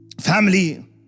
Family